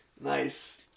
Nice